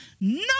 No